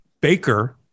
Baker